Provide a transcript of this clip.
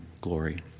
glory